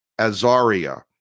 Azaria